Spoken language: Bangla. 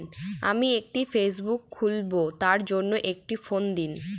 আমি একটি ফেসবুক খুলব তার জন্য একটি ফ্রম দিন?